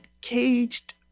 caged